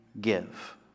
give